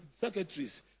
secretaries